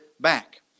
back